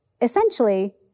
Essentially